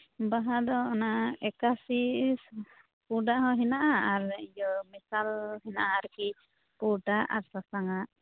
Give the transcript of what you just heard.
ᱵᱟᱦᱟ ᱫᱚ ᱚᱱᱟ ᱮᱠᱟᱥᱤ ᱯᱩᱸᱰᱟᱜ ᱦᱚᱸ ᱦᱮᱱᱟᱜᱼᱟ ᱟᱨ ᱤᱭᱟᱹ ᱢᱮᱥᱟᱞ ᱦᱮᱱᱟᱜᱼᱟ ᱟᱨᱠᱤ ᱯᱩᱸᱰᱟᱜ ᱟᱨ ᱥᱟᱥᱟᱝᱟᱜ